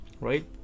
right